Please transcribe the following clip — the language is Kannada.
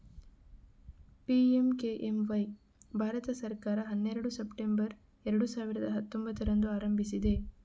ಪಿ.ಎಂ.ಕೆ.ಎಂ.ವೈ ಭಾರತ ಸರ್ಕಾರ ಹನ್ನೆರಡು ಸೆಪ್ಟೆಂಬರ್ ಎರಡು ಸಾವಿರದ ಹತ್ತೊಂಭತ್ತರಂದು ಆರಂಭಿಸಿದೆ